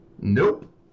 Nope